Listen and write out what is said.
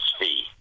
fee